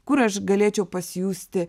kur aš galėčiau pasijusti